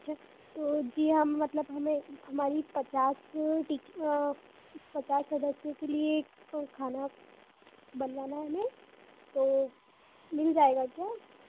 अच्छा तो जी हम मतलब हमें हमारी पचास टी सदस्यों के लिए खाना बनवाना है हमें तो मिल जाएगा क्या